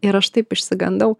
ir aš taip išsigandau